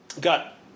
got